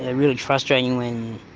ah really frustrating when